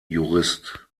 jurist